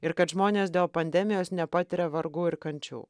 ir kad žmonės dėl pandemijos nepatiria vargų ir kančių